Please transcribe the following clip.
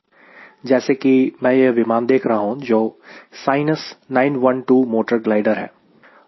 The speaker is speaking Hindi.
जैसे कि मैं यह विमान देख रहा हूं जो SINUS 912 motor glider है